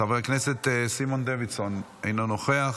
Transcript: חבר הכנסת סימון דוידסון, אינו נוכח,